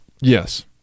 Yes